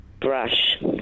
Brush